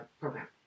program